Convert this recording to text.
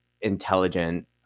intelligent